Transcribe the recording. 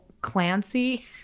Clancy